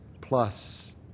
plus